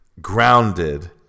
grounded